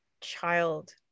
child